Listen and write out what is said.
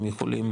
הם יכולים